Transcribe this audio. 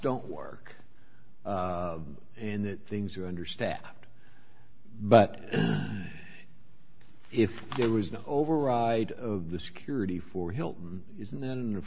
don't work in that things are understaffed but if there was no override of the security for hilton isn't then